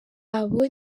abo